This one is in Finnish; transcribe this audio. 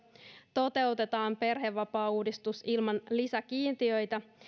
toteutetaan perhevapaauudistus ilman lisäkiintiöitä